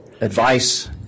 advice